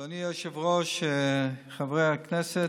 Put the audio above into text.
אדוני היושב-ראש, חברי הכנסת,